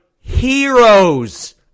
heroes